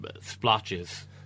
Splotches